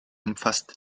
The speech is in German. umfasst